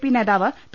P നേതാവ് P